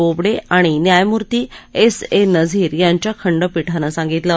बोबडे आणि न्यायमूर्ती S A Nazeer यांच्या खंडपीठानं सांगितलं